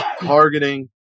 targeting